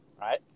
right